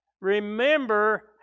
Remember